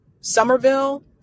Somerville